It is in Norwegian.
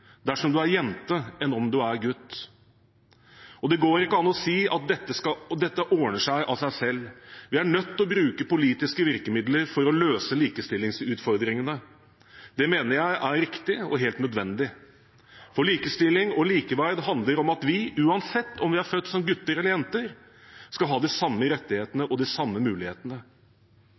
dersom du er jente, enn om du er gutt. Det går ikke an å si at dette ordner seg av seg selv. Vi er nødt til å bruke politiske virkemidler for å løse likestillingsutfordringene. Det mener jeg er riktig og helt nødvendig. For likestilling og likeverd handler om at vi, uansett om vi er født som gutter eller som jenter, skal ha de samme rettighetene og de samme mulighetene.